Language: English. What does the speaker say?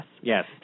Yes